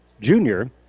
junior